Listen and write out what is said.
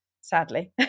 sadly